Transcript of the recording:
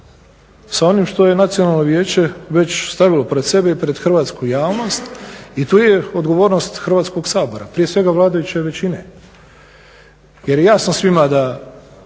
sa onim što je nacionalno vijeće već stavilo pred sebe i pred hrvatsku javnost. I tu je odgovornost Hrvatskoga sabora, prije svega vladajuće većine. Jer je jasno svima da